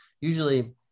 usually